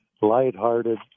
lighthearted